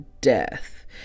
death